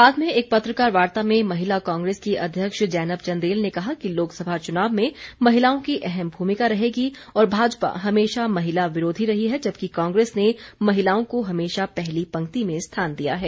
बाद में एक पत्रकार वार्ता में महिला कांग्रेस की अध्यक्ष जैनब चन्देल ने कहा कि लोकसभा चुनाव में महिलाओं की अहम भूमिका रहेगी और भाजपा हमेशा महिला विरोधी रही है जबकि कांग्रेस ने महिलाओं को हमेशा पहली पंक्ति में स्थान दिया है